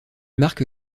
marque